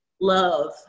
love